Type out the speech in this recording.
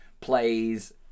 plays